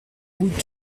route